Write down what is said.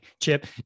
Chip